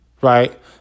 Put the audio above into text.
right